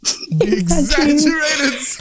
Exaggerated